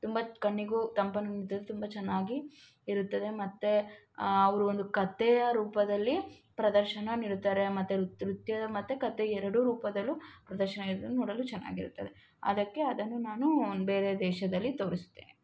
ತುಂಬ ಕಣ್ಣಿಗೂ ತಂಪನ್ನು ನೀಡುತ್ತದೆ ತುಂಬ ಚೆನ್ನಾಗಿ ಇರುತ್ತದೆ ಮತ್ತು ಅವರು ಒಂದು ಕತೆಯ ರೂಪದಲ್ಲಿ ಪ್ರದರ್ಶನ ನೀಡುತ್ತಾರೆ ಮತ್ತು ರುತ್ ನೃತ್ಯದ ಮತ್ತು ಕತೆ ಎರಡೂ ರೂಪದಲ್ಲೂ ಪ್ರದರ್ಶನ ನೀಡುತ್ತಾರೆ ನೋಡಲು ಚೆನ್ನಾಗಿರುತ್ತದೆ ಅದಕ್ಕೆ ಅದನ್ನು ನಾನು ಬೇರೆ ದೇಶದಲ್ಲಿ ತೋರಿಸುತ್ತೇನೆ